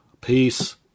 Peace